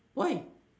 why